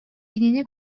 кинини